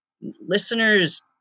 listeners